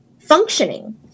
functioning